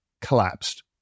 Collapsed